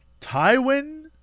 Tywin